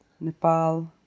Nepal